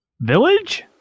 Village